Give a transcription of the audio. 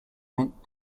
mint